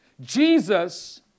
Jesus